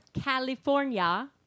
California